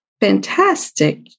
fantastic